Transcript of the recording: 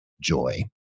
joy